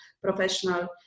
professional